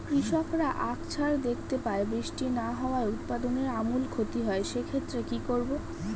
কৃষকরা আকছার দেখতে পায় বৃষ্টি না হওয়ায় উৎপাদনের আমূল ক্ষতি হয়, সে ক্ষেত্রে কি করব?